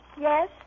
Yes